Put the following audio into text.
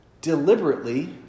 deliberately